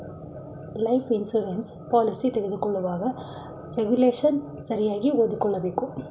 life insurance policy ತಗೊಳ್ಳುವಾಗ regulation ಸರಿಯಾಗಿ ಓದಿಕೊಳ್ಳಬೇಕು